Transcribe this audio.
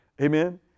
Amen